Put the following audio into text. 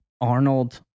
Arnold